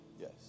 Yes